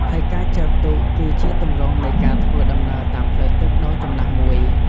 ហើយការចែវទូក គឺជាទម្រង់នៃការធ្វើដំណើរតាមផ្លូវទឹកដ៏ចំណាស់មួយ។